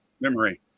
Memory